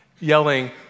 yelling